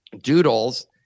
doodles